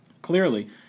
Clearly